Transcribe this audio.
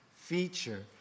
feature